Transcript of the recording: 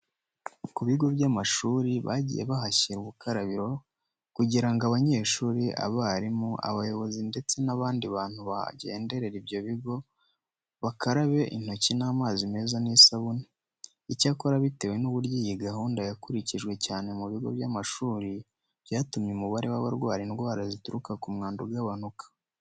Ku bigo by'amashuri bagiye bahashyira ubukarabiro kugira ngo abanyeshuri, abarimu, abayobozi ndetse n'abandi bantu bagenderera ibyo bigo bakarabe intoki n'amazi meza n'isabune. Icyakora bitewe n'uburyo iyi gahunda yakurikijwe cyane mu bigo by'amashuri, byatumye umubare w'abana barwara indwara zituruka ku mwanda ugabanuka.